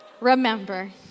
Remember